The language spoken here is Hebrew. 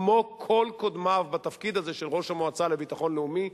כמו כל קודמיו בתפקיד הזה של ראש המועצה לביטחון לאומי,